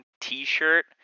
T-shirt